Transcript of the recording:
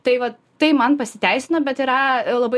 tai va tai man pasiteisino bet yra labai